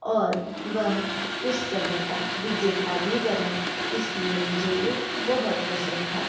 और वह उस समय का विजेता भी बना इसलिए मुझे ये बहुत पसंद था